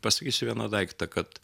pasakysiu vieną daiktą kad